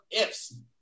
ifs